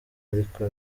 ariko